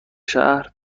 شهر